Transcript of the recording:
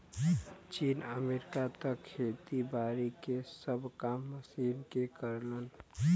चीन, अमेरिका त खेती बारी के सब काम मशीन के करलन